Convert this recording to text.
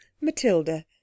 Matilda